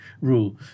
rule